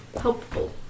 helpful